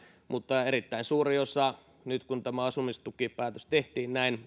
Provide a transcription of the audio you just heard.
mutta erittäin suuri osa siellä häviää nyt kun tämä asumistukipäätös tehtiin näin